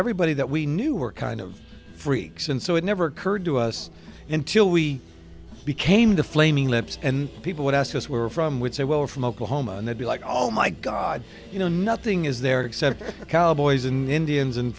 everybody that we knew were kind of freaks and so it never occurred to us until we became the flaming lips and people would ask us were from would say well from oklahoma and they'd be like oh my god you know nothing is there except cowboys and indians and